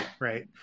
Right